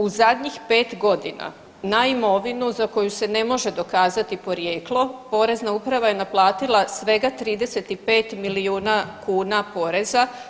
U zadnjih pet godina na imovinu za koju se ne može dokazati porijeklo Porezna uprava je naplatila svega 35 milijuna kuna poreza.